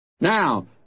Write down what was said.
Now